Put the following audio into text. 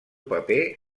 paper